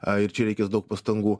a ir čia reikės daug pastangų